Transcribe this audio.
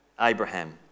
Abraham